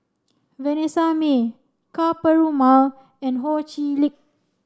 Vanessa Mae Ka Perumal and Ho Chee Lick